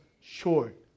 short